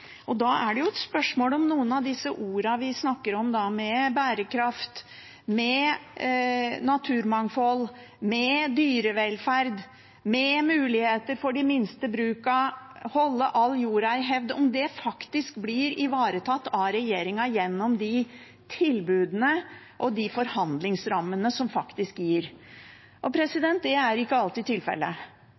jo spørsmål om noen av disse ordene vi snakker om, bærekraft, naturmangfold, dyrevelferd, muligheter for de minste brukene, holde all jorda i hevd, faktisk blir ivaretatt av regjeringen gjennom de tilbudene og de forhandlingsrammene som gis. Det er ikke alltid tilfellet